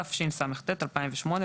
התשס"ט-2008 ,